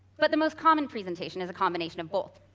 but the most common presentation is a combination of both.